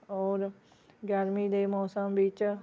ਔਰ ਗਰਮੀ ਦੇ ਮੌਸਮ ਵਿੱਚ